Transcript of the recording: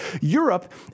Europe